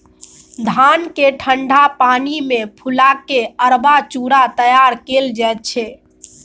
धान केँ ठंढा पानि मे फुला केँ अरबा चुड़ा तैयार कएल जाइ छै